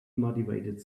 motivated